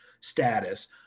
status